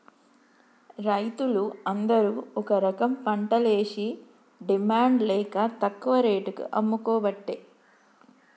రైతులు అందరు ఒక రకంపంటలేషి డిమాండ్ లేక తక్కువ రేటుకు అమ్ముకోబట్టే